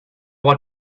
what